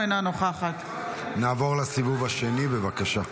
אינה נוכחת נעבור לסיבוב השני, בבקשה.